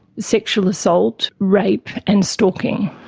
sexual assault, rape and stalking.